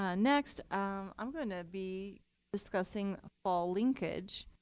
ah next um i'm going to be discussing fall linkage.